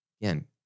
again